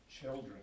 children